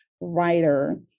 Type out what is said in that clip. writer